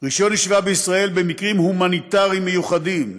רישיון ישיבה בישראל במקרים הומניטריים מיוחדים,